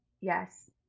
Yes